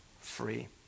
free